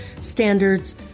standards